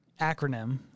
acronym